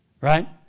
right